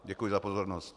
Děkuji za pozornost.